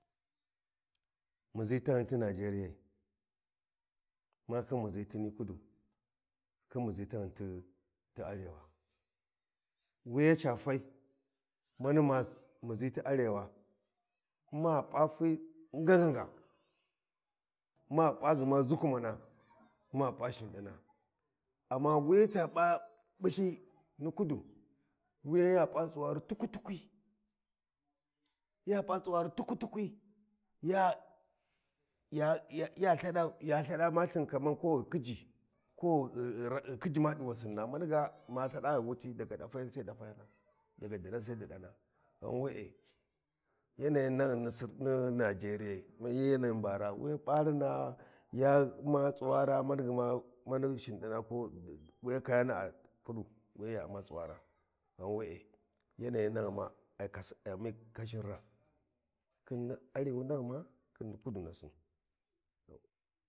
﻿Muʒi taghi ti Nigeriayai, ma khin muʒi tini kudu khin muʒi taghun ti Arewa, wuya ca fai mani ma muʒi ti Arewa ma P’a fi ngangago ma p’a gma zukumana ma p’a shindina, amma wuya ca'ɓushi ti kudu, wuyan ya P’a tsuwari tuk-tukwi ya p’a tsuwari tuk-tukwi to ya lthada na lthin ghi khiji ko ghi maniga ma lthada ghu wuti daga dafaina sai dafaina, daga didana sai didana, ghan we’e yanayin naghum ni sir ni Nigeriyai wuya ɓarina ya una tsuwara maniga shindina wuya kayani kudu ya U’ma tsuwara, gha we’e yanayi naghuma a kashiti kashiraa khi ni Arewa naghuma khin ni kudu nasin.